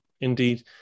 Indeed